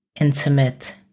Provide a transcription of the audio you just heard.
intimate